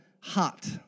hot